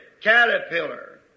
caterpillar